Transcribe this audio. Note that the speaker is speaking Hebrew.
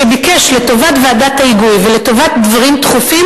שביקש לטובת ועדת ההיגוי ולטובת דברים דחופים